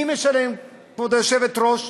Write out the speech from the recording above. מי משלם, כבוד היושבת-ראש?